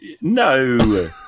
No